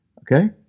Okay